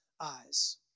eyes